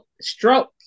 stroke